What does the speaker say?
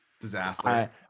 disaster